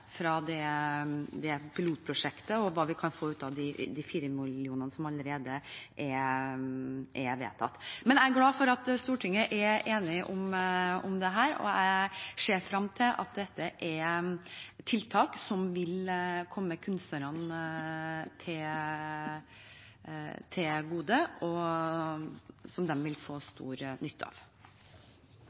fra det pilotprosjektet, og hva vi kan få ut av de 4 mill. kr som allerede er vedtatt. Jeg er glad for at Stortinget er enig om dette, og jeg ser frem til at dette er tiltak som vil komme kunstnerne til gode, og som de vil få stor nytte av. Det blir replikkordskifte. En samlet opposisjon har i tre år nå hatt forslag om opprettelse av